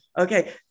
Okay